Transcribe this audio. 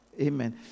Amen